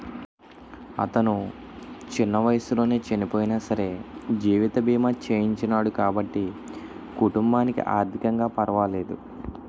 అతను చిన్న వయసులోనే చనియినా సరే జీవిత బీమా చేయించినాడు కాబట్టి కుటుంబానికి ఆర్ధికంగా పరవాలేదు